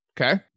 Okay